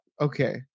Okay